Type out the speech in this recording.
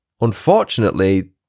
Unfortunately